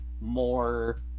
more